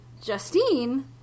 Justine